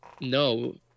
no